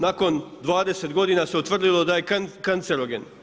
Nakon 20 godina se utvrdilo da je kancerogen.